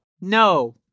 No